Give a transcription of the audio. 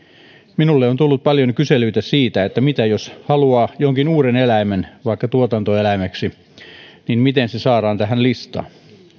minulle on tullut paljon kyselyitä siitä että jos haluaa jokin uuden eläimen vaikka tuotantoeläimeksi niin miten se saadaan tähän listaan